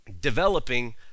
developing